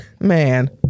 Man